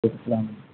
السّلام علیکم